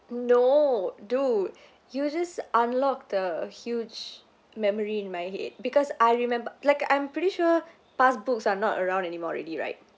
no dude you just unlocked the huge memory in my head because I remember like I'm pretty sure pass books are not around anymore already right